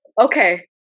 Okay